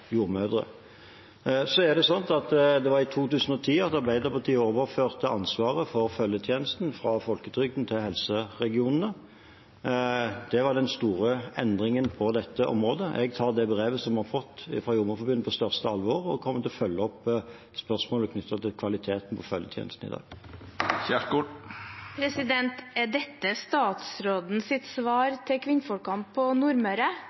jordmødre. Det var i 2010 Arbeiderpartiet overførte ansvaret for følgetjenesten fra folketrygden til helseregionene. Det var den store endringen på dette området. Jeg tar det brevet vi har fått fra Jordmorforbundet, på største alvor og kommer til å følge opp spørsmålet knyttet til kvaliteten på følgetjenesten i dag. Er dette statsrådens svar til kvinnfolkene på Nordmøre,